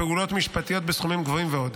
פעולות משפטיות בסכומים גבוהים ועוד.